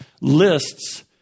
lists